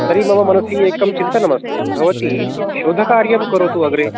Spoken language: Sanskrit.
तर्हि मम मनसि एकं चिन्तनमस्ति भवती शोधकार्यं करोतु अग्रे